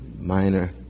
minor